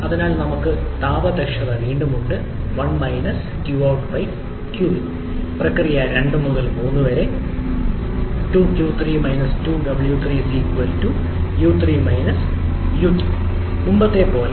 അതിനാൽ നമുക്ക് താപ ദക്ഷത വീണ്ടും ഉണ്ട് 1 𝑞𝑜𝑢𝑡 qin പ്രക്രിയ 2 മുതൽ 3 വരെ 2𝑞3 2𝑤3 3 𝑢2 മുമ്പത്തെപ്പോലെ